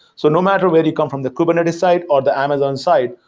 so no matter where you come, from the kubernetes side or the amazon side,